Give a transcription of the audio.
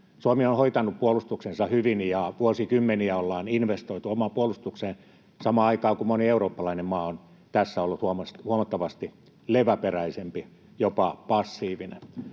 Suomi on hoitanut puolustuksensa hyvin, ja vuosikymmeniä ollaan investoitu omaan puolustukseen samaan aikaan, kun moni eurooppalainen maa on tässä ollut huomattavasti leväperäisempi, jopa passiivinen.